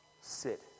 sit